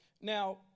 Now